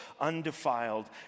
undefiled